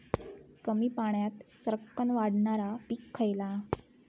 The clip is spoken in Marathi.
कमी पाण्यात सरक्कन वाढणारा पीक खयला?